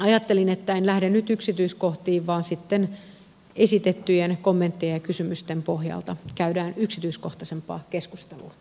ajattelin että en lähde nyt yksityiskohtiin vaan sitten esitettyjen kommenttien ja kysymysten pohjalta käydään yksityiskohtaisempaa keskustelua